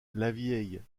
lavieille